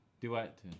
Duet